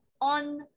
on